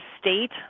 state